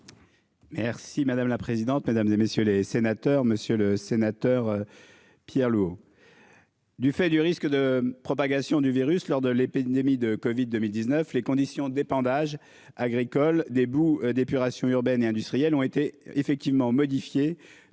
Merci madame la présidente, mesdames et messieurs les sénateurs, monsieur le sénateur. Pierre lourd. Du fait du risque de propagation du virus lors de l'épidémie de Covid 2019 les conditions d'épandage agricole des boues d'épuration urbaines et industrielles ont été effectivement modifié